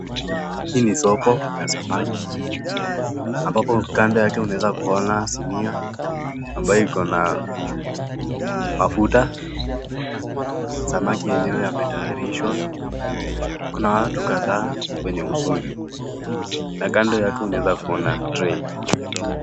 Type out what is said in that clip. Hii ni soko ya samaki, ambapo kando yake unaeza kuona sinia ambayo ikona mafuta, samaki enyewe ametayarishwa, kuna watu kadhaa kwenye usuli, na kando yake unaeza kuona trail .